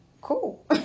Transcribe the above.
Cool